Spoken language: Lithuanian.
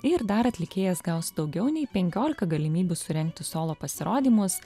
ir dar atlikėjas gaus daugiau nei penkiolika galimybių surengti solo pasirodymus